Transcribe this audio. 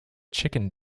chicken